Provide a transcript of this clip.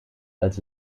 als